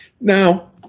Now